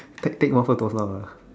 take take one floor to one floor lah